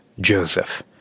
Joseph